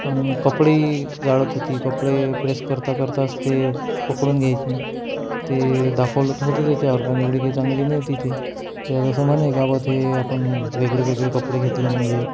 आणि कपडेही जाळत होती कपडे प्रेस करता करताच ते पकडून घ्यायची ते दाखवलं तर होतं त्याच्यावर पण एवढी काही चांगली नव्हती ती ते आपण वेगळे वेगळे कपडे घेतले म्हणजे